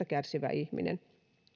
kärsivä ihminen